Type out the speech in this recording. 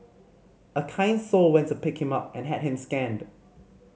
a kind soul went to pick him up and had him scanned